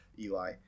Eli